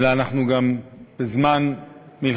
אלא אנחנו גם בזמן מלחמה,